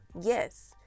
Yes